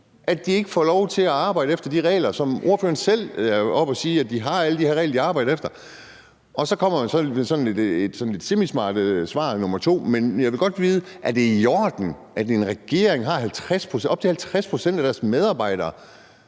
at de ikke får lov til at arbejde efter de regler, som ordføreren selv er oppe at sige at de har at arbejde efter, og så kommer man med sådan et lidt semismart andet svar. Men jeg vil godt lige vide: Er det i orden, at en regering har op til 50 pct. af deres medarbejdere,